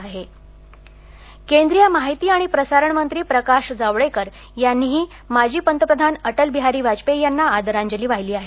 आदरांजली केंद्रीय माहिती आणि प्रसारण मंत्री प्रकाश जावडेकर यांनीही माजी पंतप्रधान अटलबिहारी वाजपेयी यांना आदरांजली वाहिली आहे